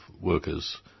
workers